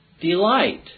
Delight